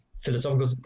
philosophical